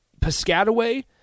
Piscataway